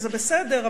וזה בסדר,